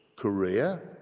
korea,